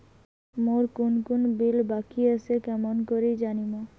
মোর কুন কুন বিল বাকি আসে কেমন করি জানিম?